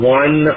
one